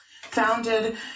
founded